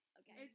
okay